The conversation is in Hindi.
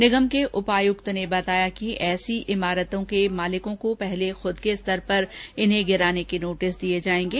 निगम के उपायुक्त ने बताया कि ऐसी इमारतों के मालिकों को पहले खूद के स्तर पर इन्हें गिराने के नोटिस दिए जाएंगे